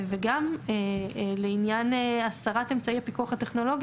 גם לעניין הסרת אמצעי הפיקוח הטכנולוגי